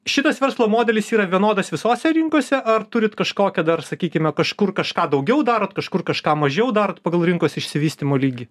šitas verslo modelis yra vienodas visose rinkose ar turit kažkokią dar sakykime kažkur kažką daugiau darot kažkur kažką mažiau darot pagal rinkos išsivystymo lygį